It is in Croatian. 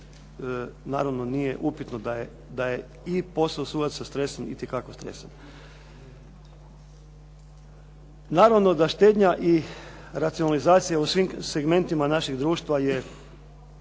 Naravno nije upitno da je i posao sudaca stresan itekako stresan. Naravno da štednja i racionalizacija u svim segmentima našeg društva je